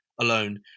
alone